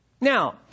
Now